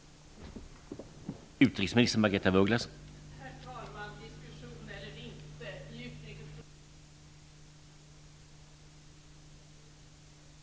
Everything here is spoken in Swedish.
Jag förstår inte varför Moderaterna är så intresserad och envisa.